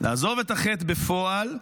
לעזוב את החטא בפועל,